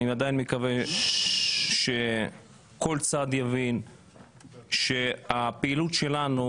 אני עדיין מקווה שכל צד יבין שהפעילות שלנו